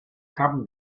come